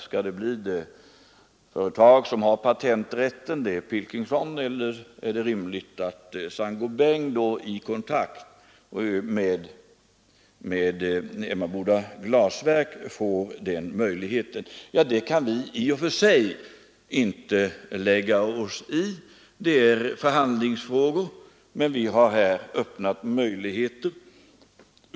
Skall det bli det företag som har patenträtten — alltså Pilkington — eller är det rimligt att Saint-Gobain i kontrakt med Emmaboda glasverk får denna möjlighet? Detta kan vi i och för sig inte lägga oss i — det är förhandlingsfrågor. Men vi har här öppnat vissa möjligheter.